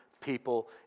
people